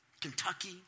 Kentucky